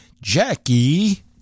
Jackie